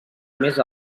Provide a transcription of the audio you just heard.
més